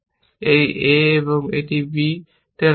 এই a এবং এটি b তে রাখুন